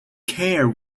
care